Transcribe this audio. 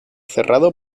cerrado